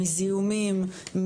מזיהומים,